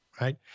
right